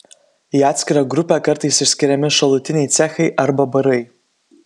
į atskirą grupę kartais išskiriami šalutiniai cechai arba barai